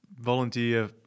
volunteer